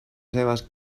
seves